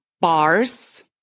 bars